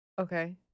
Okay